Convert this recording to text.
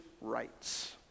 rights